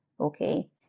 okay